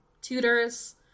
tutors